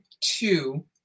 two